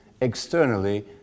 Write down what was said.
externally